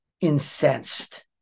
incensed